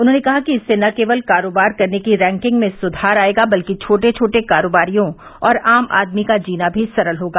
उन्होंने कहा कि इससे न केवल कारोबार करने की रैंकिंग में सुधार आयेगा बल्कि छोटे छोटे कारोबारियों और आम आदमी का जीना भी सरल होगा